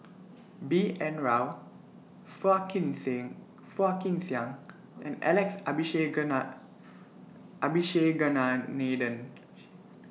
B N Rao Phua Kin Sing Phua Kin Siang and Alex Abisheganaden